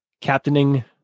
captaining